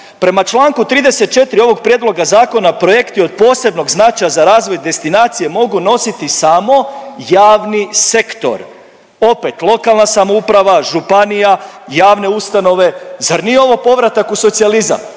Prema Članku 34. ovog prijedloga zakona projekti od posebnog značaja za razvoj destinacije mogu nositi samo javni sektor opet lokalna samouprava, županija, javne ustanove. Zar nije ovo povratak u socijalizam,